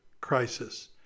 crisis